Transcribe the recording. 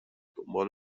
دنبال